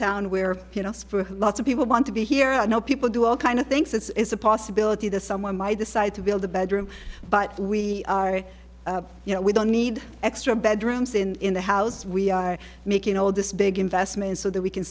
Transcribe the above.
town where you know it's for lots of people want to be here i know people do all kind of thinks it's a possibility that someone might decide to build a bedroom but we are you know we don't need extra bedrooms in the house we are making all this big investment so that we can